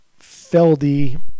Feldy